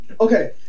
Okay